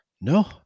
No